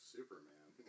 Superman